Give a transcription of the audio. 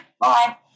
bye